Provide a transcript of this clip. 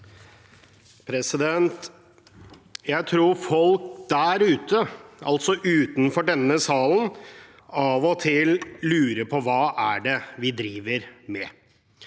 Jeg tror folk der ute, altså utenfor denne salen, av og til lurer på hva det er vi driver med.